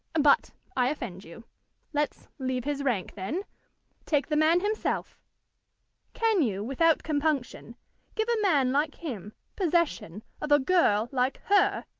but i offend you let's leave his rank, then take the man himself can you without compunction give a man like him possession of a girl like her?